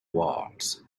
walls